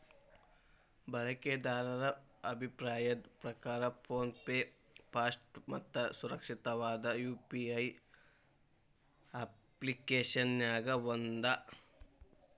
ಬಳಕೆದಾರರ ಅಭಿಪ್ರಾಯದ್ ಪ್ರಕಾರ ಫೋನ್ ಪೆ ಫಾಸ್ಟ್ ಮತ್ತ ಸುರಕ್ಷಿತವಾದ ಯು.ಪಿ.ಐ ಅಪ್ಪ್ಲಿಕೆಶನ್ಯಾಗ ಒಂದ